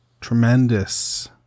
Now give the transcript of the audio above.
tremendous